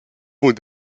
vont